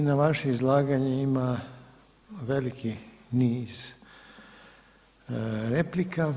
I na vaše izlaganje ima veliki niz replika.